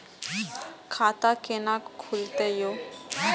खाता केना खुलतै यो